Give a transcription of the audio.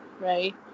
right